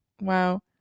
Wow